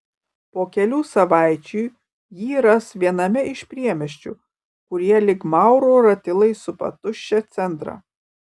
po kelių savaičių jį ras viename iš priemiesčių kurie lyg maurų ratilai supa tuščią centrą